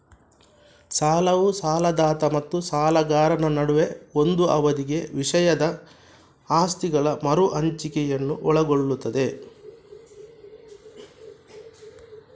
ಸಾಲವು ಸಾಲದಾತ ಮತ್ತು ಸಾಲಗಾರನ ನಡುವೆ ಒಂದು ಅವಧಿಗೆ ವಿಷಯದ ಆಸ್ತಿಗಳ ಮರು ಹಂಚಿಕೆಯನ್ನು ಒಳಗೊಳ್ಳುತ್ತದೆ